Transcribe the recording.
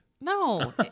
No